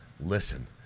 Listen